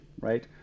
right